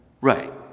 Right